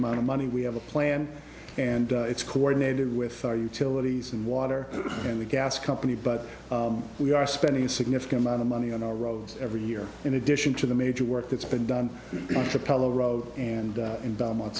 amount of money we have a plan and it's coordinated with our utilities and water and the gas company but we are spending a significant amount of money on our roads every year in addition to the major work that's been done to pelosi road and in belmont